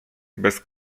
bez